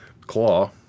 claw